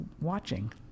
watching